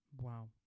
Wow